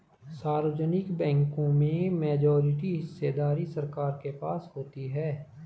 सार्वजनिक बैंकों में मेजॉरिटी हिस्सेदारी सरकार के पास होती है